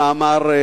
במאמר,